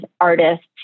artists